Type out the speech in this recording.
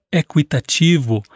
equitativo